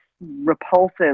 repulsive